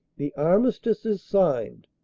the armistice is signed.